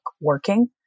Working